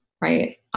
right